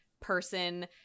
person